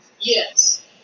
Yes